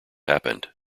happened